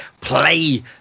play